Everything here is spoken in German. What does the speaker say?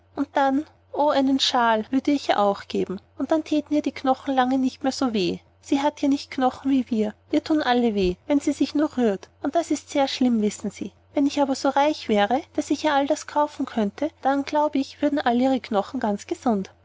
und dann oh einen shawl würde ich ihr auch geben und dann thäten ihr die knochen lange nicht mehr so weh sie hat ja nicht knochen wie wir ihr thun alle weh wenn sie sich nur rührt das ist sehr schlimm wissen sie wenn ich aber so reich wäre daß ich ihr all das kaufen könnte dann glaube ich würden ihre knochen ganz gesund